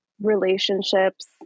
relationships